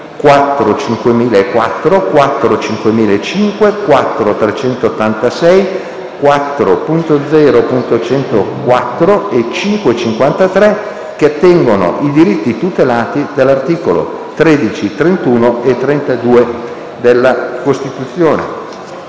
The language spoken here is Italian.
4.5004, 4.5005, 4.386, 4.0.104 e 5.53, che attengono i diritti tutelati dagli articoli 13, 31 e 32 della Costituzione.